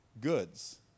goods